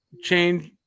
change